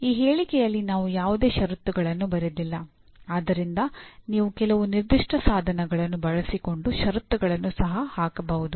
ಈ ಹೇಳಿಕೆಯಲ್ಲಿ ನಾವು ಯಾವುದೇ ಷರತ್ತುಗಳನ್ನು ಬರೆದಿಲ್ಲ ಆದ್ದರಿಂದ ನೀವು ಕೆಲವು ನಿರ್ದಿಷ್ಟ ಸಾಧನಗಳನ್ನು ಬಳಸಿಕೊಂಡು ಷರತ್ತುಗಳನ್ನು ಸಹ ಹಾಕಬಹುದು